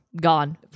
gone